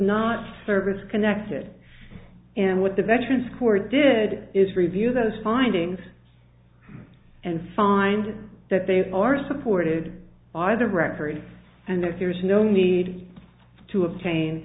not service connected and what the veterans court did is review those findings and find that they are supported by the record and there's no need to obtain